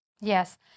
Yes